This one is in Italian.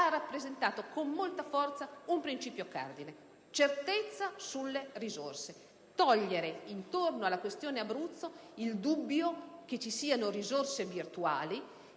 rappresentato con molta forza il principio cardine della certezza sulle risorse: togliere di torno alla questione Abruzzo il dubbio che vi siano risorse virtuali